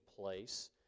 place